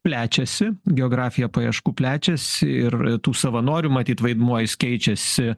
plečiasi geografija paieškų plečiasi ir tų savanorių matyt vaidmuo jis keičiasi